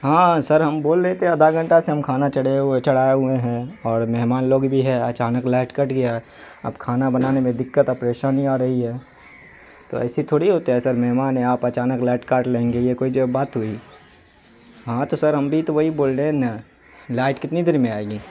ہاں سر ہم بول رہے تھے آدھا گھنٹہ سے ہم کھانا چڑھے ہوئے چڑھائے ہوئے ہیں اور مہمان لوگ بھی ہے اچانک لائٹ کٹ گیا ہے اب کھانا بنانے میں دقت اور پریشانی آ رہی ہے تو ایسی تھوڑی ہوتا ہے سر مہمان ہے آپ اچانک لائٹ لیں گے یہ کوئی جو بات ہوئی ہاں تو سر ہم بھی تو وہی بول رہے ہیں نا لائٹ کتنی دیر میں آئے گی